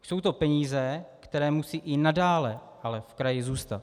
Jsou to peníze, které musí i nadále ale v kraji zůstat.